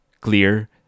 clear